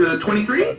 ah twenty three?